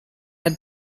had